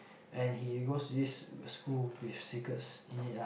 and he goes to this school with secrets in it ah